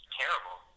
terrible